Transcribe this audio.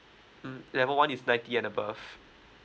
mm level one is ninety and above